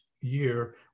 year